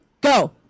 Go